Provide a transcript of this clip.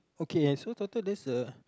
okay so total this uh